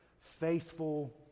faithful